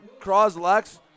Croslex